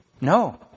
No